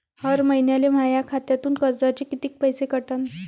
हर महिन्याले माह्या खात्यातून कर्जाचे कितीक पैसे कटन?